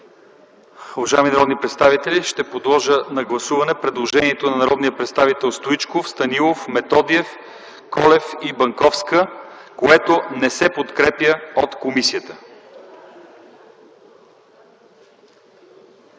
Уважаеми народни представители, моля, гласувайте предложението на народните представители Стоичков, Станилов, Методиев, Колев и Банковска, което не се подкрепя от комисията.